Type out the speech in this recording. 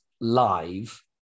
live